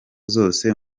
zose